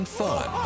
fun